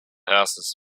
houses